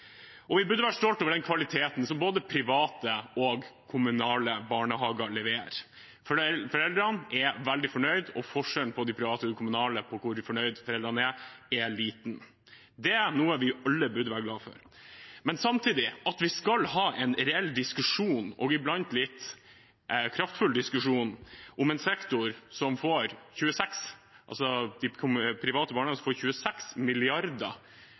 Vi burde også være stolte over den kvaliteten som både private og kommunale barnehager leverer. Foreldrene er veldig fornøyd, og forskjellen mellom de private og de kommunale barnehagene når det gjelder hvor fornøyd foreldrene er, er liten. Det er noe vi alle burde være glade for. Men at vi skal ha en reell diskusjon – i blant også en litt kraftfull diskusjon – om de private barnehagene, som får 26